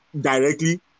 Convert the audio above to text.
directly